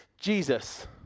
Jesus